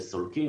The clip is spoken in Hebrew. סולקים,